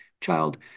child